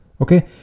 Okay